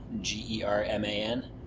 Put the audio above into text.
G-E-R-M-A-N